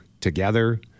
together